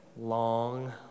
Long